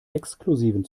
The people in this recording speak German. exklusiven